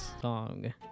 song